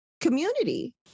community